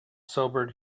sobered